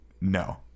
no